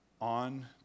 on